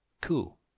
Cool